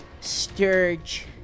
Sturge